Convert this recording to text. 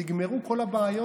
נגמרו כל הבעיות?